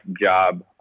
job